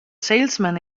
salesman